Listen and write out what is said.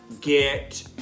get